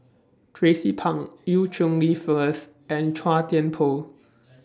Tracie Pang EU Cheng Li Phyllis and Chua Thian Poh